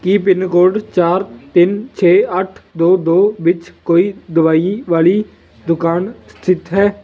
ਕੀ pin code ਚਾਰ ਤਿੰਨ ਛੇ ਅੱਠ ਦੋ ਦੋ ਵਿੱਚ ਕੋਈ ਦਵਾਈ ਵਾਲੀ ਦੁਕਾਨ ਸਥਿਤ ਹੈ